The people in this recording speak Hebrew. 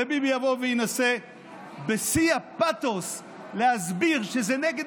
וביבי יבוא וינסה בשיא הפתוס להסביר שזה נגד